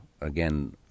Again